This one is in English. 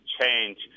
change